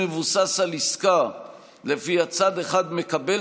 הסדר שמבוסס על עסקה שלפיה צד אחד מקבל